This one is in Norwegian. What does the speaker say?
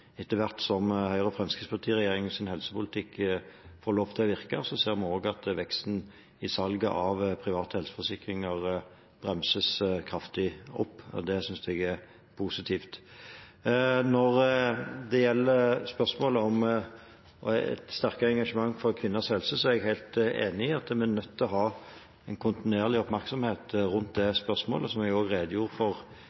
Etter hvert som Høyre–Fremskrittsparti-regjeringens helsepolitikk får lov til å virke, ser vi også at veksten i salget av private helseforsikringer bremses kraftig opp. Det synes jeg er positivt. Når det gjelder spørsmålet om et sterkere engasjement for kvinners helse, er jeg helt enig i at vi er nødt til å ha en kontinuerlig oppmerksomhet rundt det spørsmålet. Som jeg også redegjorde for i forbindelse med det foregående spørsmålet, legger vi klare føringer på det,